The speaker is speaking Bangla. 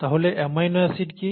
তাহলে অ্যামাইনো অ্যাসিড কি